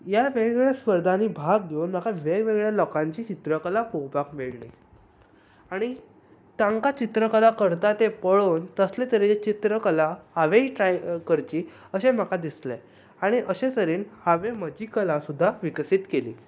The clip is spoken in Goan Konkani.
ह्या वेगळ्या वेगळ्या स्पर्धांनी भाग घेवन म्हाका वेगळ्या वेगळ्या लोकांची चित्रकला पळोवपाक मेळ्ळी आनी तांकां चित्रकला करता तें पळोवन तशे तरेची चित्रकला हांवें ट्राय करची अशें म्हाका दिसलें आनी अशे तरेन हांवें म्हजी कला सुद्दां विकसीत केली